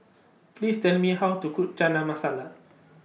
Please Tell Me How to Cook Chana Masala